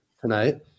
tonight